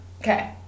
Okay